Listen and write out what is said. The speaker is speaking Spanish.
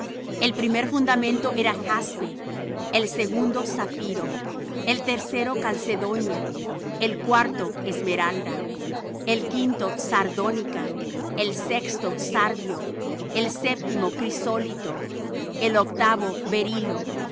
el primer fundamento era jaspe el segundo zafiro el tercero calcedonia el cuarto esmeralda el quinto sardónica el sexto sardio el séptimo crisólito el octavo berilo